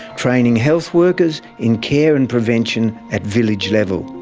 training health workers in care and prevention at village level.